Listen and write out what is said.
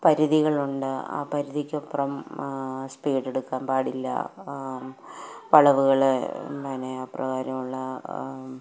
പരിധികളുണ്ട് ആ പരിധിക്കപ്പുറം സ്പീഡെടുക്കാൻ പാടില്ല വളവുകള് പിന്നെ അപ്രകാരമുള്ള